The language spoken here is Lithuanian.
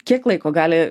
kiek laiko gali